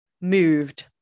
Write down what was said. moved